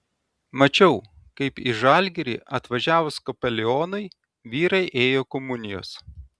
mačiau kaip į žalgirį atvažiavus kapelionui vyrai ėjo komunijos